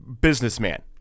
businessman